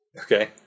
Okay